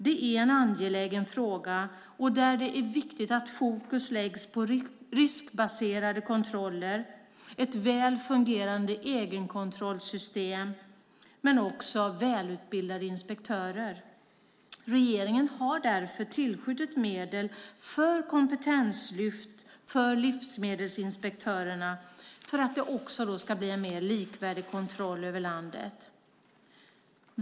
Det är en angelägen fråga där det är viktigt att fokus läggs på riskbaserade kontroller, ett väl fungerande egenkontrollsystem och välutbildade inspektörer. Regeringen har därför tillskjutit medel för kompetenslyft för livsmedelsinspektörerna för att det ska bli en mer likvärdig kontroll över landet.